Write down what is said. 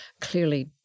Clearly